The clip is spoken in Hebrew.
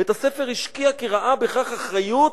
בית-הספר השקיע, כי ראה בכך אחריות: